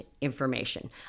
information